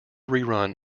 rerun